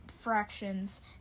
fractions